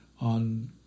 on